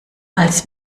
als